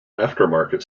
aftermarket